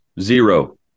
zero